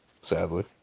sadly